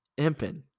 impen